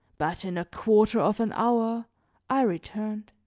but in a quarter of an hour i returned.